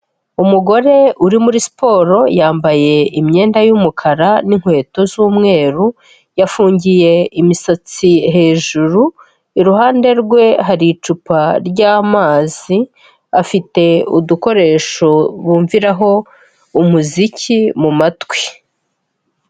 Umugore uri muri siporo, yambaye imyenda y'umukara n'inkweto z'umweru, yafungiye imisatsi hejuru, iruhande rwe hari icupa ry'amazi, afite udukoresho bumviraho umuziki mu matwi.